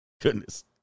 goodness